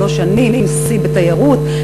שלוש שנים שיא בתיירות,